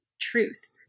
truth